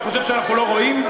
אתה חושב שאנחנו לא רואים?